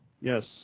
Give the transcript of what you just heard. Yes